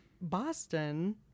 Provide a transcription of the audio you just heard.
boston